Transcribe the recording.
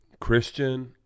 Christian